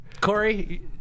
Corey